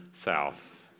south